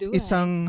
isang